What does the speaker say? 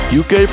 uk